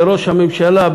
לראש הממשלה,